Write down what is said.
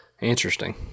Interesting